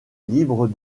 libre